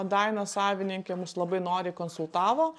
daina savininkė mus labai noriai konsultavo